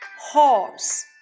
horse